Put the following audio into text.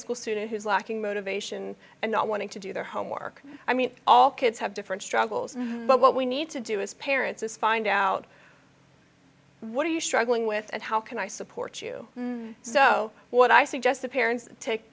school student who's lacking motivation and not wanting to do their homework i mean all kids have different struggles but what we need to do as parents is find out what are you struggling with and how can i support you so what i suggest to parents take